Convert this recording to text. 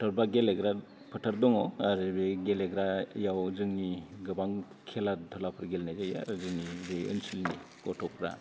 फोथार बा गेलेग्रा फोथार दङ आरो बे गेलेग्रायाव जोंनि गोबां खेला दुलाफोर गेलेनाय जायो आरो जोंनि बे ओनसोलनि गथ'फ्रा